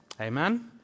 Amen